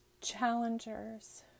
challengers